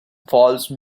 false